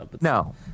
No